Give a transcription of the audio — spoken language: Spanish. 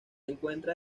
encuentra